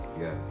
Yes